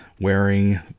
wearing